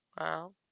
wow